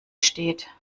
steht